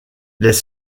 les